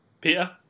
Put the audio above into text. Peter